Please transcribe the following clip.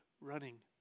running